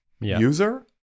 user